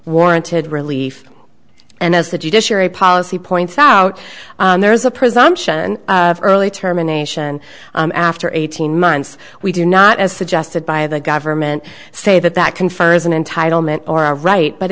warranted relief and as the judiciary policy points out there is a presumption early termination after eighteen months we do not as suggested by the government say that that confers an entitlement or a right but